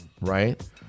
Right